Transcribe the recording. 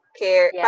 care